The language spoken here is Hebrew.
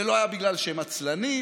זה לא היה בגלל שהם עצלנים,